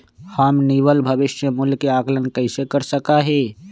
हम निवल भविष्य मूल्य के आंकलन कैसे कर सका ही?